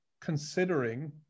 considering